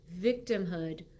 victimhood